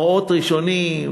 מראות ראשונים,